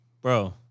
Bro